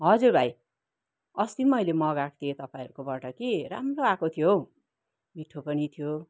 हजुर भाइ अस्ति पनि मैले मगाएको थिएँ तपाईँहरूकोबाट कि राम्रो आएको थियो हौ मिठो पनि थियो